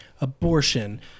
abortion